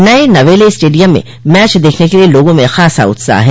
नये नवेले स्टेडियम में मैच देखने के लिए लोगों में खासा उत्साह है